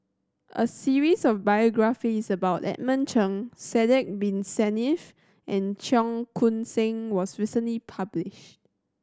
a series of biographies about Edmund Cheng Sidek Bin Saniff and Cheong Koon Seng was recently published